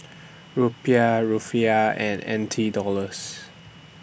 Rupiah Rufiyaa and N T Dollars